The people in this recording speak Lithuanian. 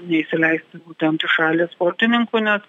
neįsileisti būtent į šalį sportininkų nes